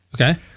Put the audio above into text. Okay